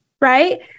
right